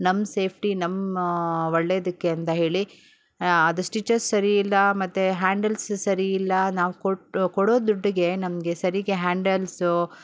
ನಮ್ಮ ಸೇಫ್ಟಿ ನಮ್ಮ ಒಳ್ಳೇದಕ್ಕೆ ಅಂತ ಹೇಳಿ ಅದು ಸ್ಟಿಚಸ್ ಸರಿಯಿಲ್ಲ ಮತ್ತು ಹ್ಯಾಂಡಲ್ಸ್ ಸರಿಯಿಲ್ಲ ನಾವು ಕೊಟ್ಟ ಕೊಡೋ ದುಡ್ಡಿಗೆ ನಮಗೆ ಸರಿಯಾಗಿ ಹ್ಯಾಂಡಲ್ಸು